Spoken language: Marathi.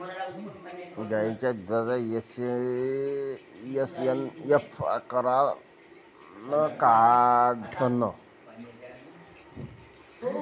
गायीच्या दुधाचा एस.एन.एफ कायनं वाढन?